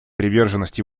приверженность